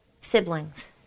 siblings